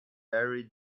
very